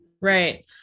Right